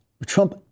Trump